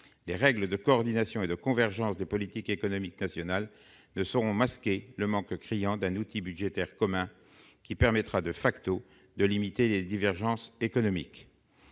les règles de coordination et de convergence des politiques économiques nationales ne son masquer le manque criant d'un outil budgétaire commun qui permettra de facto de limiter les divergences économiques